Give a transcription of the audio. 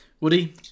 Woody